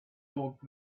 walked